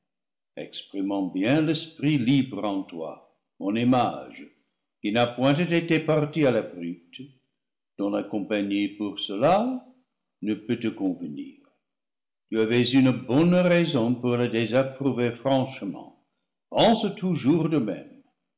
exprimant bien l'esprit libre en loi mon image qui n'a point été départie à la brute dont la compagnie pour cela ne peut te convenir tu avais une bonne raison pour la désapprouver franchement pense tou